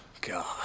God